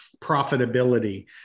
profitability